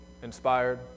inspired